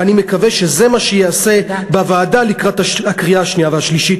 ואני מקווה שזה מה שייעשה בוועדה לקראת הקריאה השנייה והשלישית.